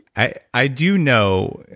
i i do know,